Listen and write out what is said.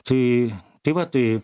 tai tai va tai